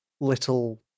little